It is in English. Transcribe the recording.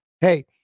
hey